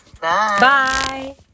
Bye